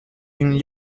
une